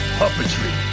puppetry